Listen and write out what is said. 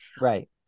Right